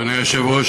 אדוני היושב-ראש,